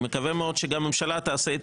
אני מקווה מאוד שגם הממשלה תעשה את